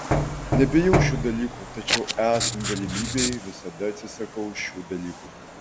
nebijau šių dalykų tačiau esant galimybei visada atsisakau šių dalykų